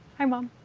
hi mom.